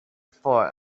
for